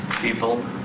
people